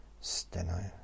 Steno